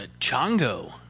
Chongo